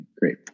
Great